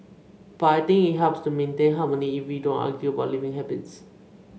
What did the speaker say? but I think it helps to maintain harmony if we don't argue about living habits